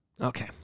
Okay